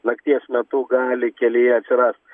nakties metu gali kelyje atsirast